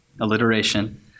alliteration